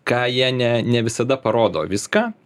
ką jie ne ne visada parodo viską